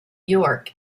york